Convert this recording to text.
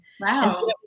Wow